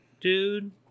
dude